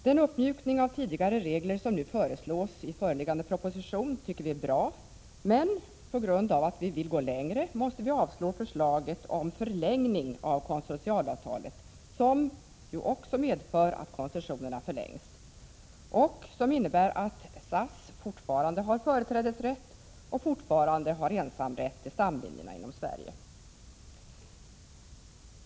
Den uppmjukning av tidigare regler som nu föreslås i föreliggande proposition tycker vi är bra, men på grund av att vi vill gå längre måste vi avstyrka förslaget om förlängning av konsortialavtalet, som ju också medför att koncessionerna förlängs och som innebär att SAS fortfarande har företrädesrätt och fortfarande har ensamrätt till stamlinjerna inom Sverige.